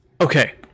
okay